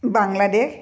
Bangladesh